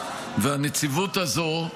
הנציבות הזו,